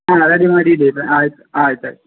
ಹಾಂ ರೆಡಿ ಮಾಡಿ ಇಡಿ ಆಯ್ತು ಆಯ್ತು ಆಯ್ತು